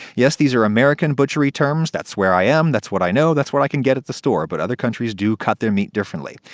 yes, these are american butchery terms that's where i am, that's what i know, that's what i can get at the store, but other countries do cut their meat differently.